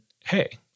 hey